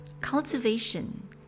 Cultivation